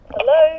Hello